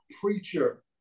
Preacher